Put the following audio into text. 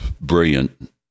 brilliant